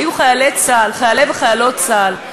היו חיילי וחיילות צה"ל.